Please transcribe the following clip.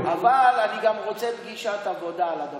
אבל אני גם רוצה פגישת עבודה על הדבר הזה.